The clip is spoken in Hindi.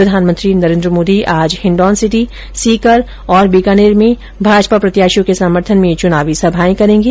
प्रधानमंत्री नरेंद्र मोदी आज हिण्डौनसिटी सीकर और बीकानेर में भाजपा प्रत्याषियों के समर्थन में चुनावी सभाओं को संबोधित करेंगे